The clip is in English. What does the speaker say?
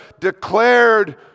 declared